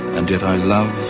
and yet i love